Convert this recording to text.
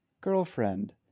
girlfriend